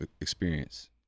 experience